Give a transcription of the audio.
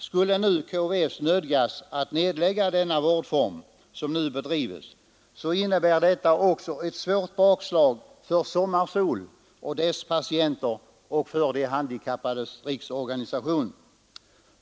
Skulle KVS nödgas att nedlägga den vård som nu bedrivs, innebär det också ett svårt bakslag för Sommarsol och dess patienter och för De handikappades riksförbund.